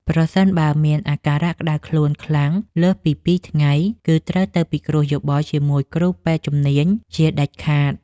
ប្រសិនបើមានអាការៈក្ដៅខ្លួនខ្លាំងលើសពីពីរថ្ងៃ គឺត្រូវទៅពិគ្រោះយោបល់ជាមួយគ្រូពេទ្យជំនាញជាដាច់ខាត។